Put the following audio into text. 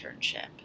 internship